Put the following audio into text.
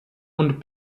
und